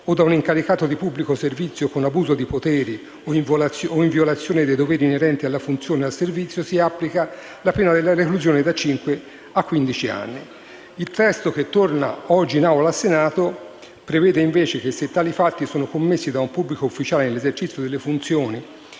o da un incaricato di un pubblico servizio con abuso dei poteri o in violazione dei doveri inerenti alla funzione o al servizio si applica la pena della reclusione da cinque a quindici anni». Il testo che torna oggi nell'Aula del Senato prevede invece: «Se i fatti (...) sono commessi da un pubblico ufficiale nell'esercizio delle funzioni